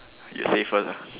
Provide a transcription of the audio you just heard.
you say first ah